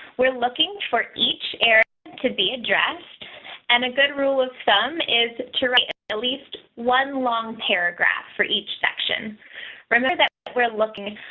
we're looking for each air to be addressed and a good rule of thumb is to write at least one long paragraph for each section remember that, we're looking,